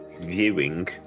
viewing